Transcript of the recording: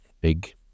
big